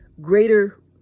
Greater